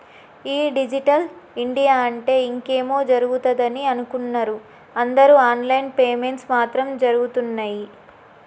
ఈ digital India అంటే ఇంకేమో జరుగుతదని అనుకున్నరు అందరు ఆన్ లైన్ పేమెంట్స్ మాత్రం జరగుతున్నయ్యి